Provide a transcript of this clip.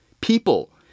people